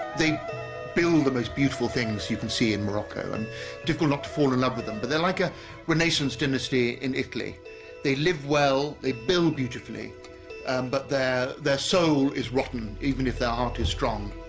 they build the most beautiful things you can see in morocco and difficult not to fall in love with them but they're like a renaissance dynasty in italy they live well they build beautifully um but their their soul is rotten even if their heart is strong.